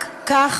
רק כך